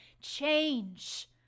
change